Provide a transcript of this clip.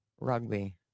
Rugby